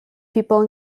people